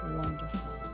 wonderful